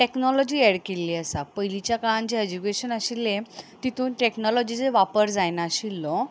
technology add केल्ली आसा पयलींच्या काळांत जें एज्युकेशन आशिल्लें तेतून टॅक्नोलॉजीचो वापर जायनाशिल्लो